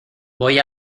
voy